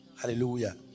Hallelujah